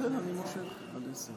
מן הסתם שמעו אותי גם אומר,